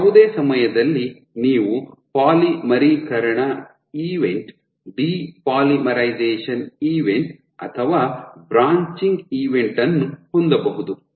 ಯಾವುದೇ ಸಮಯದಲ್ಲಿ ನೀವು ಪಾಲಿಮರೀಕರಣ ಈವೆಂಟ್ ಡಿಪಾಲಿಮರೈಸೇಶನ್ ಈವೆಂಟ್ ಅಥವಾ ಬ್ರಾಂಚಿಂಗ್ ಈವೆಂಟ್ ಅನ್ನು ಹೊಂದಬಹುದು